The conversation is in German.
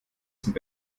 sind